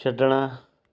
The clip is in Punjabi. ਛੱਡਣਾ